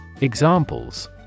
Examples